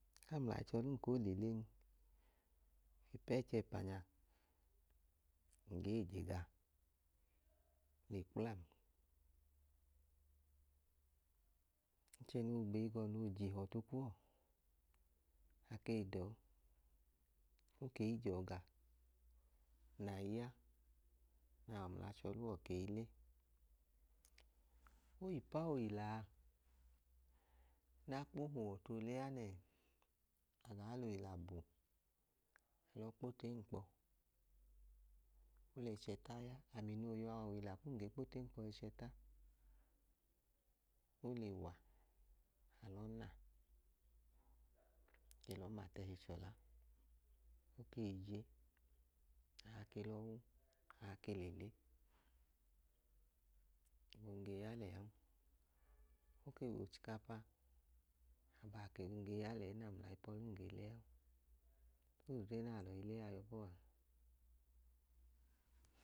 Kam ml'achọlum ko le len, ipẹẹchẹpa nya ngee je gaa le kplam. 1chẹ noo gbei gọọ noo j'ihọtu kuwọ na kei dọọ okei jọọ gaa nai ya n'aawọ ml'achọluwọ kei le. Owi paa oyilaa n'akpu huọtoo lee anẹẹ agaa l'oyila bu alọọ kpo tẹẹnkpọ ol'ẹchẹta ya, ami no yọ nya oyila kum nge kpotẹẹnkpọ ẹchẹta, olewa, alọna ake lọ ma t'ẹhi chọla, ok'eije aake l'ọwu aakei lele, abun ge ya lẹaan. Oke w'ochikapa ake abun ge ya lẹẹ nam ml'ayipọlum ge lean, ow'odle n'alọi lea yọbọan